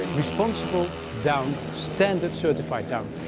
responsible down standard certified down.